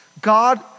God